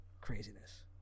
craziness